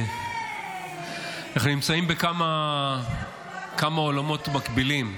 אנחנו נמצאים בכמה עולמות מקבילים.